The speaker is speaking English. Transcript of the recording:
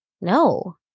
No